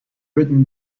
written